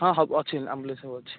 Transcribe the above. ହଁ ହବ ଅଛି ଆମ୍ବୁଲାନ୍ସ ସବୁ ଅଛି